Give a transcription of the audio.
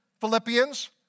Philippians